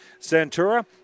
centura